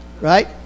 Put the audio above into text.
Right